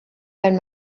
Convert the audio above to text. wenn